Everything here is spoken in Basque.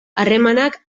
harremanak